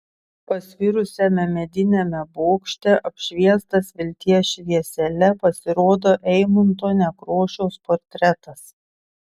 pasvirusiame mediniame bokšte apšviestas vilties šviesele pasirodė eimunto nekrošiaus portretas